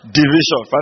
division